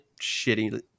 shitty